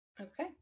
Okay